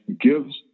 gives